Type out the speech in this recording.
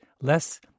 less